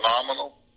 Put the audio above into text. phenomenal